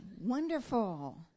Wonderful